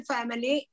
Family